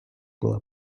була